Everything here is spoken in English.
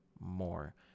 more